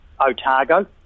Otago